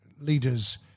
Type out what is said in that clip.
leaders